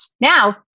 Now